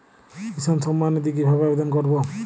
কিষান সম্মাননিধি কিভাবে আবেদন করব?